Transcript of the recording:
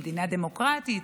במדינה דמוקרטית.